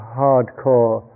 hardcore